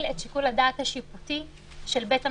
את שיקול הדעת השיפוטי של בית המשפט.